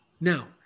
Now